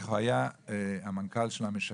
היה המנכ"ל של המשקם,